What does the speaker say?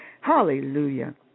Hallelujah